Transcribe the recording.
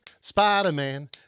Spider-Man